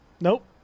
nope